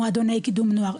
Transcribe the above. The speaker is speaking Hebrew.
מועדוני קידום נוער,